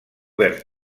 verd